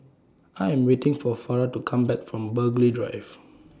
I Am waiting For Farrah to Come Back from Burghley Drive